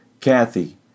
Kathy